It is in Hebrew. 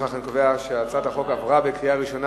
לפיכך אני קובע שהצעת החוק עברה בקריאה ראשונה